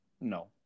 No